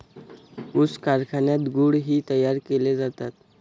ऊस कारखान्यात गुळ ही तयार केले जातात